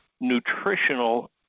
nutritional